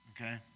okay